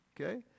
okay